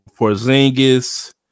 Porzingis